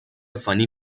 funny